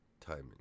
timing